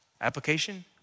Application